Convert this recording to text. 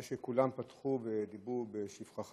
זה שכולם פתחו בדיבור בשבחך